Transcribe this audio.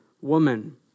woman